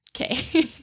okay